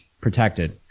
protected